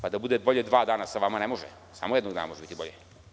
Pa, da bude bolje dva dana sa vama ne može, samo jednog dana može biti bolje.